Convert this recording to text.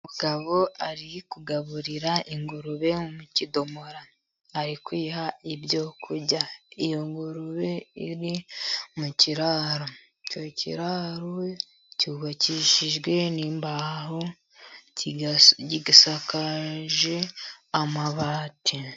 Umugabo ari kugaburira ingurube mu kidomoro. Ari kuyiha ibyo kurya, ingurube iri mu kiraro, icyo kiraro cyubakishijwe n'imbaho gisakaje amabati.